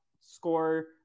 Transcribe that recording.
score